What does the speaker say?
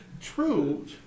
True